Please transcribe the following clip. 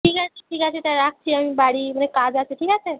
ঠিক আছে ঠিক আছে তা রাখছি আমি বাড়ি মানে কাজ আছে ঠিক আছে